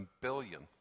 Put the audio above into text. billion